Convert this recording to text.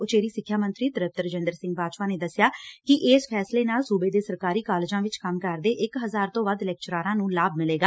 ਉਚੇਰੀ ਸਿੱਖਿਆ ਮੰਤਰੀ ਤ੍ਰਿਪਤ ਰਜਿੰਦਰ ਸਿੰਘ ਬਾਜਵਾ ਨੇ ਦਸਿਆ ਕਿ ਇਸ ਫੈਸਲੇ ਨਾਲ ਸੁਬੇ ਦੇ ਸਰਕਾਰੀ ਕਾਲਜਾਂ ਵਿਚ ਕੰਮ ਕਰਦੇ ਇਕ ਹਜ਼ਾਰ ਤੋਂ ਵੱਧ ਲੈਕਚਰਾਰਾਂ ਨੂੰ ਲਾਫ਼ ਮਿਲੇਗਾ